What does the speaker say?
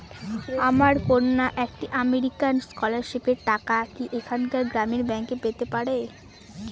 আমার কন্যা একটি আমেরিকান স্কলারশিপের টাকা কি এখানকার গ্রামীণ ব্যাংকে পেতে পারে?